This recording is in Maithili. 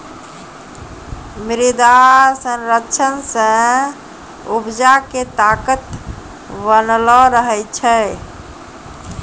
मृदा संरक्षण से उपजा के ताकत बनलो रहै छै